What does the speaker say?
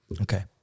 Okay